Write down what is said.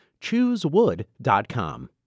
Choosewood.com